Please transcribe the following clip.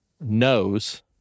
knows